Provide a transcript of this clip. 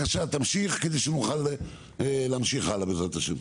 תמשיך כדי שנוכל להמשיך הלאה, בעזרת השם.